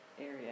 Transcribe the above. area